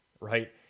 right